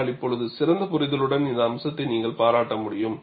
ஆனால் இப்போது சிறந்த புரிதலுடன் இந்த அம்சத்தை நீங்கள் பாராட்ட முடியும்